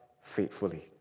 faithfully